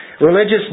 Religious